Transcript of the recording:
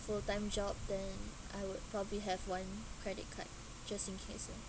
full time job then I would probably have one credit card just in case lah